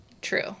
True